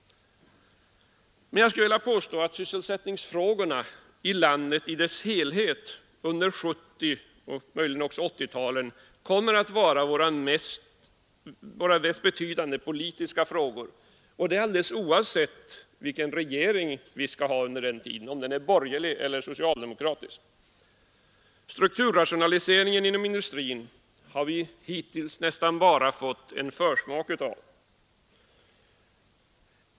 Men jag skulle vilja påstå att sysselsättningsfrågorna i landet i dess helhet under 1970-talet och möjligen också under 1980-talet kommer att vara våra mest betydelsefulla politiska frågor, detta alldeles oavsett om vi då har borgerlig eller socialdemokratisk regering. Strukturrationaliseringen inom industrin har vi hittills nästan bara fått en försmak av.